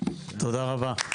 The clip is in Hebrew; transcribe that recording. תודה רבה.